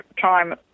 time